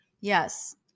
Yes